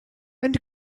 and